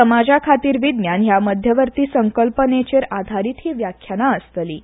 समाजा खातीर विज्ञान ह्या मध्यवर्ती संकल्पनेचेर आधारीत ही व्याख्यानां आसतलीं